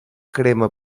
crema